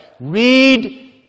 Read